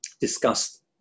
discussed